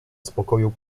spokoju